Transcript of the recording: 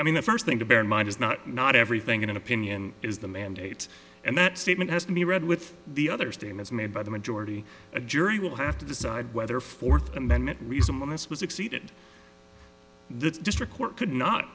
i mean the first thing to bear in mind is not not everything in an opinion is the mandate and that statement has to be read with the other statements made by the majority a jury will have to decide whether fourth amendment reasonableness was exceeded the district court could not